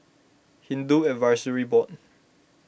Hindu Advisory Board